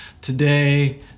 today